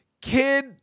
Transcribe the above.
kid